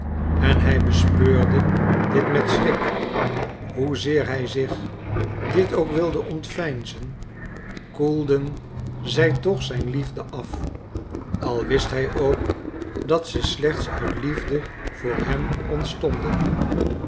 en hij bespeurde dit met schrik hoezeer hij zich dit ook wilde ontveinzen koelden zij toch zijn liefde af al wist hij ook dat ze slechts uit liefde voor hem ontstonden